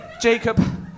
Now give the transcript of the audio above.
Jacob